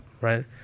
right